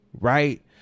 right